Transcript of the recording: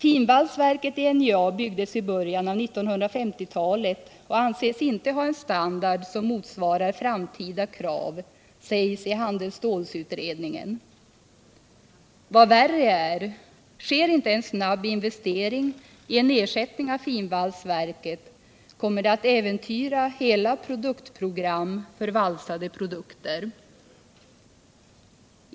Finvalsverket i NJA byggdes i början av 1950-talet och anses inte ha en standard som motsvarar framtida krav, sägs det i handelsstålsutredningen. Vad värre är: Sker inte en snabb investering i en ersättning av finvalsverket kommer det att äventyra hela produktprogrammet för valsade produkter.